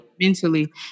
mentally